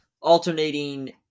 Alternating